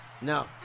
No